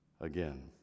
again